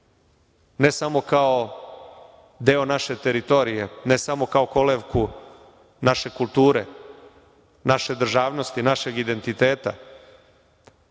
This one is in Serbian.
ne samo kao deo naše teritorije, ne samo kao kolevku naše kulture, naše državnosti, našeg identiteta,